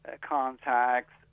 contacts